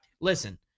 listen